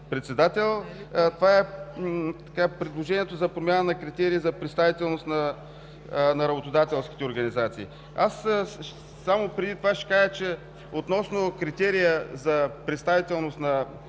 Председател, е предложението за промяна на критерия за представителност на работодателските организации. Само преди това ще кажа, че относно критерия за представителност на синдикалните организации,